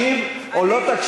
אני לא פניתי.